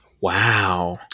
Wow